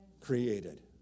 Created